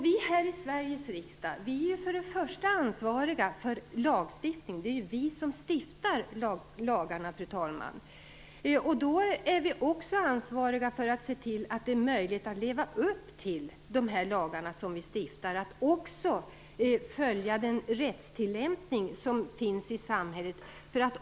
Vi här i Sveriges riksdag är ansvariga för lagstiftningen. Det är vi som stiftar lagarna. Då är vi också ansvariga för att se till att det är möjligt att leva upp till de lagar som vi stiftar och att vi följer den rättstillämpning som görs i samhället.